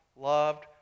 loved